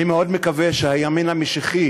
אני מאוד מקווה שהימין המשיחי,